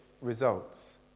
results